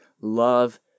love